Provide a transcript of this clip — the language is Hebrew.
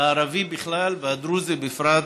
הערבי בכלל והדרוזי בפרט,